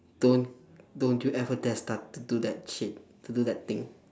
don't don't you ever get started to do that shit to do that thing